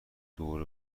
دور